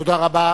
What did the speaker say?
תודה רבה.